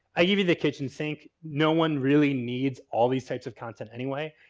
i give you the kitchen sink. no one really needs all these types of content anyway.